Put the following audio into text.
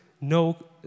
no